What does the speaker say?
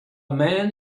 man